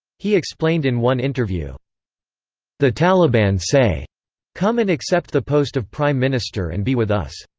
he explained in one interview the taliban say come and accept the post of prime minister and be with us,